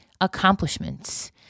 accomplishments